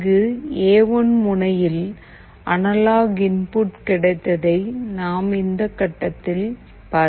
இங்கு எ1 முனையில் அனலாக் இன்புட் கிடைத்ததை நாம் இந்தக் கட்டத்தில் பார்க்கிறோம்